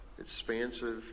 expansive